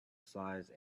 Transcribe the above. size